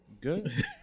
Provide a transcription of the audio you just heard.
good